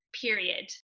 period